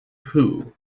who